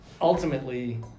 ultimately